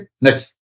Next